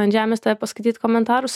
ant žemės paskaityt komentarus